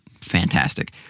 fantastic